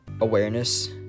awareness